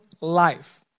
life